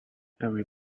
every